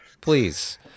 please